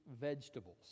vegetables